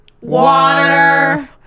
Water